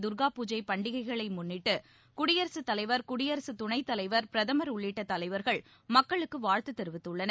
தூகா பூஜை பண்டிகைகளை முன்னிட்டு குடியரசுத் தலைவா் குடியரசு துணைத்தலைவர் பிரதமர் உள்ளிட்ட தலைவர்கள் மக்களுக்கு வாழ்த்து தெரிவித்துள்ளனர்